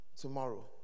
tomorrow